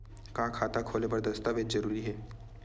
का खाता खोले बर दस्तावेज जरूरी हे?